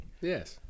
yes